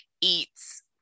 eats